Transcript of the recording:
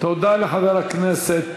תודה לחבר הכנסת